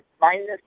minus